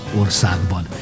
országban